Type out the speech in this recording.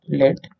let